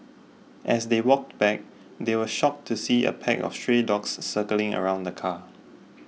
as they walked back they were shocked to see a pack of stray dogs circling around the car